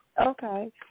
Okay